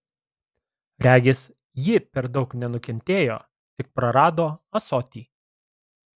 regis ji per daug nenukentėjo tik prarado ąsotį